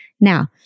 Now